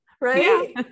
right